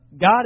God